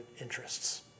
interests